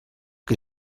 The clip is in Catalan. que